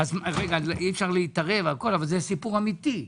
אי אפשר להתערב אבל זה סיפור אמיתי.